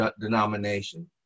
denomination